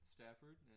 Stafford